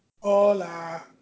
Hola